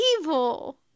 evil